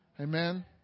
amen